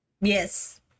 Yes